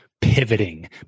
pivoting